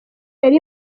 yari